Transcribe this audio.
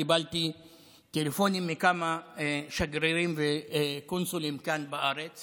קיבלתי טלפונים מכמה שגרירים וקונסולים כאן בארץ